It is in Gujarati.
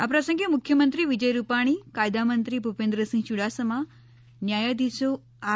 આ પ્રસંગે મુખ્યમંત્રી વિજય રૂપાણી કાયદા મંત્રી ભુપેન્દ્રસિંહ યુડાસમા ન્યાયાધીશો આર